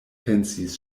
pensis